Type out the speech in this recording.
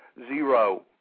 Zero